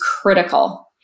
critical